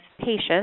patients